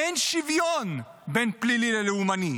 אין שוויון בין פלילי ללאומני,